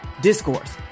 Discourse